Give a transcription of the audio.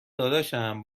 داداشم